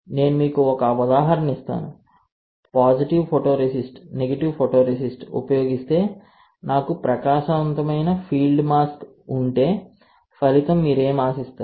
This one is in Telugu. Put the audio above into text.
నేను మీకు ఒక ఉదాహరణ ఇస్తాను పాజిటివ్ ఫోటోరేసిస్ట్ నెగిటివ్ ఫోటోరేసిస్ట్ ఉపయోగిస్తే నాకు ప్రకాశవంతమైన ఫీల్డ్ మాస్క్ ఉంటే ఫలితం మీరు ఏమి ఆశిస్తారు